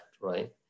right